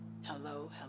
Hello